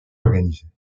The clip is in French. organisés